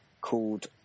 called